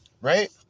Right